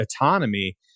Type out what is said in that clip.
autonomy